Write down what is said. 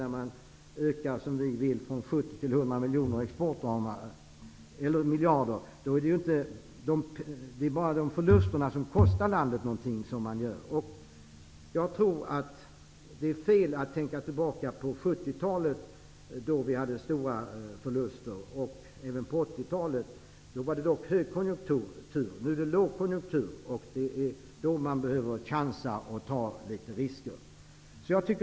När man ökar exportramarna från 70 till 100 miljarder, vilket vi vill, är det bara de förluster som kostar landet någonting som man gör. Det är fel att tänka tillbaka på 70-talet, då vi gjorde stora förluster, och på 80-talet, då det ju dock var högkonjunktur. Nu är det lågkonjunktur, och det är nu man behöver chansa och ta risker.